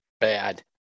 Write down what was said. bad